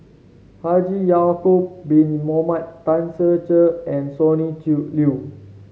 Haji Ya'acob Bin Mohamed Tan Ser Cher and Sonny Liew